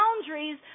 boundaries